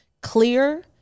clear